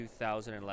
2011